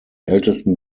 ältesten